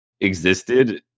existed